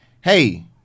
hey